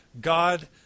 God